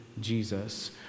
Jesus